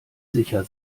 sicher